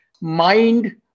mind